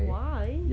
why